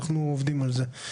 אנחנו עובדים על זה.